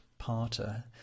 parter